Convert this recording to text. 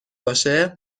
باشه